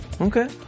Okay